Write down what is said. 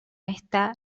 está